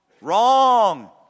wrong